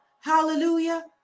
hallelujah